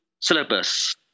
syllabus